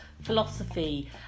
philosophy